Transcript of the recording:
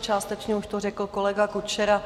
Částečně už to řekl kolega Kučera.